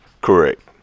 correct